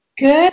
Good